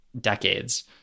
decades